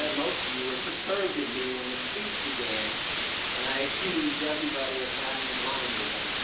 and most of you were perturbed at me when the speech began and i accused everybody of having blinders on.